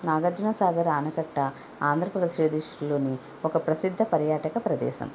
నాగార్జునసాగర్ ఆనకట్ట ఆంధ్రప్రదేశ్లోని ఒక ప్రసిద్ధ పర్యాటక ప్రదేశం